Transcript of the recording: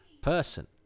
person